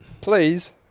Please